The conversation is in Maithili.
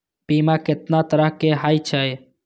बीमा केतना तरह के हाई छै?